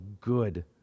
good